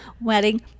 wedding